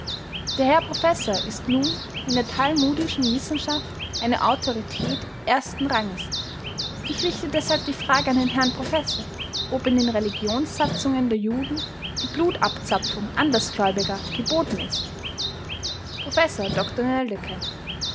der herr professor ist nun in der talmudischen wissenschaft eine autorität ersten ranges ich richte deshalb die frage an den herrn professor ob in den religionssatzungen der juden die blutabzapfung andersgläubiger geboten ist professor